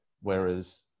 whereas